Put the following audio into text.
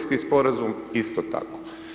sporazum isto tako.